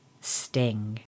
Sting